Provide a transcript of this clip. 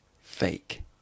Fake